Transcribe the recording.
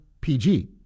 PG